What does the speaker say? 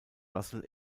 russell